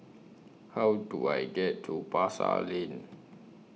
How Do I get to Pasar Lane